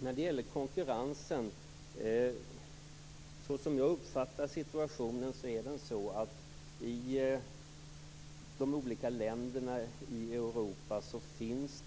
När det gäller konkurrensen är situationen, så som jag uppfattar den, sådan att det i de flesta länder i Europa finns